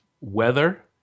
weather